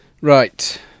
Right